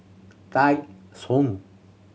Tai Sun